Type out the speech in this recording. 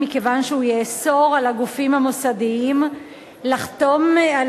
מכיוון שהוא יאסור על הגופים המוסדיים לחתום על